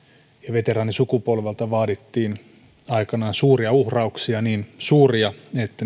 veteraanisukupolvelta vaadittiin aikanaan suuria uhrauksia niin suuria että niitä on